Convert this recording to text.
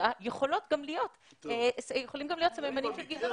יכולים גם להיות סממנים של גזענות.